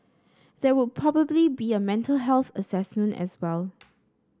there would probably be a mental health assessment as well